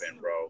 bro